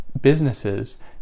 Businesses